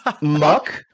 Muck